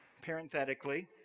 parenthetically